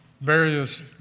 various